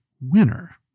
winner